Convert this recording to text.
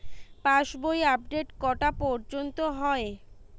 পাশ বই আপডেট কটা পর্যন্ত হয়?